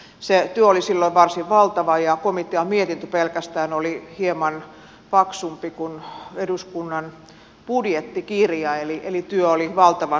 se työ oli silloin varsin valtava ja komitean mietintö pelkästään oli hieman paksumpi kuin eduskunnan budjettikirja eli työ oli valtavan suuri